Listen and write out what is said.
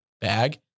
Bag